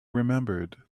remembered